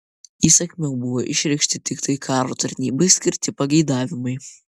įsakmiau buvo išreikšti tiktai karo tarnybai skirti pageidavimai